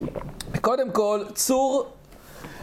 קודם כל, צור